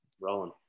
rolling